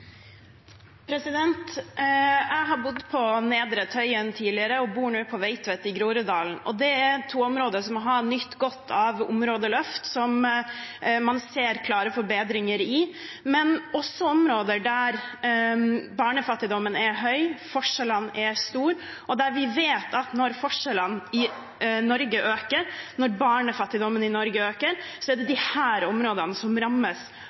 Jeg har bodd på Nedre Tøyen tidligere og bor nå på Veitvet i Groruddalen. Det er to områder som har nytt godt av områdeløft, og som man ser klare forbedringer i, men dette er også områder der barnefattigdommen er høy og forskjellene store. Vi vet at når forskjellene i Norge øker, når barnefattigdommen i Norge øker, er det disse områdene som rammes